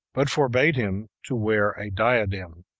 but forbade him to wear a diadem.